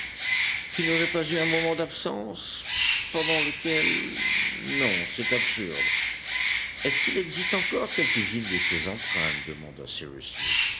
tu n'aurais pas eu un moment d'absence pendant lequel non c'est absurde est-ce qu'il existe encore quelques-unes de ces empreintes demanda